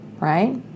right